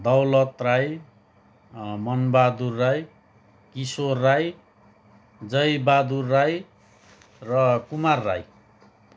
दौलत राई मनबहादुर राई किशोर राई जयबहादुर राई र कुमार राई